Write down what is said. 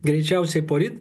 greičiausiai poryt